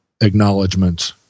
acknowledgement